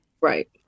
right